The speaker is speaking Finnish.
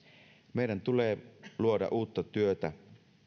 meidän tulee luoda uutta työtä